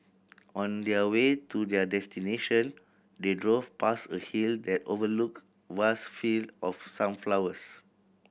on their way to their destination they drove past a hill that overlooked vast field of sunflowers